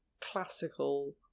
classical